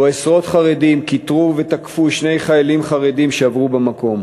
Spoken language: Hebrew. שבו עשרות חרדים כיתרו ותקפו שני חיילים חרדים שעברו במקום.